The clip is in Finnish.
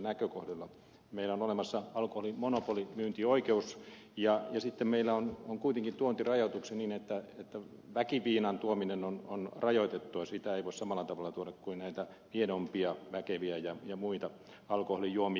meillä on olemassa alkoholimonopoli myyntioikeus ja sitten meillä on kuitenkin tuontirajoituksia niin että väkiviinan tuominen on rajoitettua sitä ei voi samalla tavalla tuoda kuin näitä miedompia väkeviä ja muita alkoholijuomia